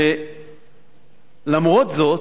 למרות זאת,